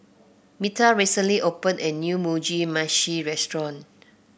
Metha recently opened a new Mugi Meshi Restaurant